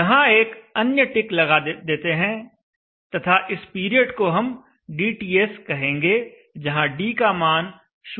यहां एक अन्य टिक लगा लेते हैं तथा इस पीरियड को हम dTS कहेंगे जहां d का मान 0 से 1 के बीच में है